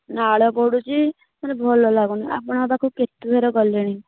ନାଳ ପଡ଼ୁଛି ମୋତେ ଭଲ ଲାଗୁନି ଆପଣଙ୍କ ପାଖକୁ କେତେଥର ଗଲିଣି